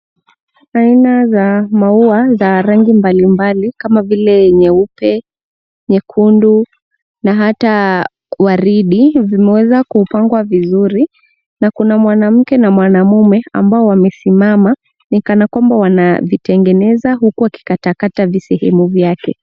Aina za maua za rangi mbali mbali kama vile nyeupe, nyekundu na hata waridi vimeweza kupangwa vizuri. Na kuna mwanamke na mwanamume ambao wamesimama ni kana kwamba wanavitengeneza huku wakikatakata visehemu vyake.